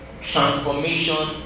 transformation